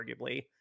arguably